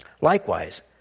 Likewise